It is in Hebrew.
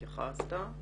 התייחסת.